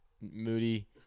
Moody